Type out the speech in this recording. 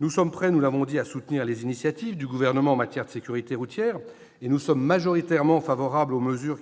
Nous sommes prêts, nous l'avons dit, à soutenir les initiatives du Gouvernement en matière de sécurité routière et sommes majoritairement favorables aux mesures